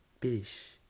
fish